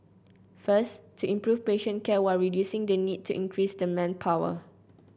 first to improve patient care while reducing the need to increase manpower